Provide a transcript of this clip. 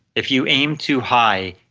if you aim too high,